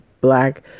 black